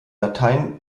latein